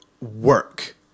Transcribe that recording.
work